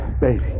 baby